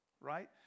right